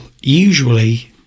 usually